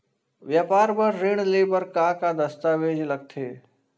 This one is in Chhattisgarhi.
व्यापार बर ऋण ले बर का का दस्तावेज लगथे?